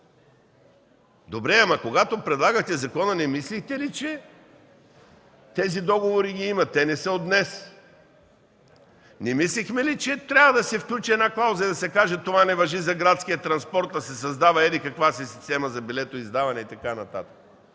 в тролея. Когато предлагахте закона не помислихте ли, че тези договори ги има? Те не са от днес. Не мислехме ли, че трябва да се включи една клауза и да се каже: „Това не важи за градския транспорт, а се създава еди-каква си система за билетоиздаване и така нататък”